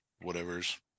whatever's